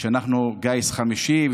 שאנחנו גיס חמישי,